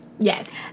Yes